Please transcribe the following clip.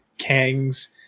Kang's